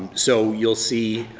so you'll see,